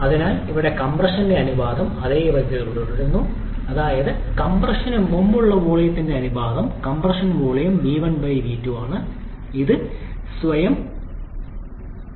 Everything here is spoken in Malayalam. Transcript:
അതിനാൽ ഇവിടെ കംപ്രഷൻ അനുപാതം അതേപടി തുടരുന്നു അതായത് കംപ്രഷന് മുമ്പുള്ള വോളിയത്തിന്റെ അനുപാതം കംപ്രഷനുശേഷം വോളിയത്തിലേക്ക് 𝑣1 𝑣2 ഇവിടെ കട്ട്ഓഫ് അനുപാതം എന്ന പുതിയ പാരാമീറ്റർ ഞങ്ങൾ നിർവചിക്കുന്നു